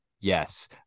Yes